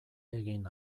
egin